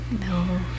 No